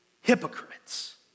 hypocrites